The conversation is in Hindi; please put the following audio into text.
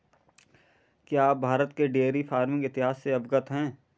क्या आप भारत के डेयरी फार्मिंग इतिहास से अवगत हैं?